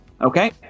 Okay